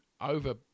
over